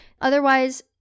Otherwise